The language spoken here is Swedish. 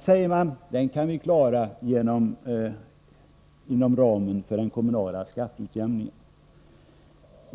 säger man sig kunna klara inom ramen för den kommunala skatteutjämningen.